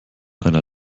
einer